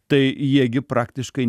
tai jie gi praktiškai